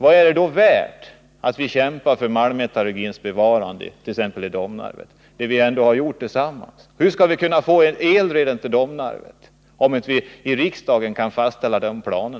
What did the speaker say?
Vad är det då värt att kämpa för malmmetallurgins bevarande, t.ex. i Domnarvet — som vi ändå gjort tillsammans? Hur skall vi få ett ELRED-verk till Domnarvet om vi inte i riksdagen kan fastställa några planer?